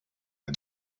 ein